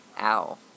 ow